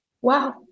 wow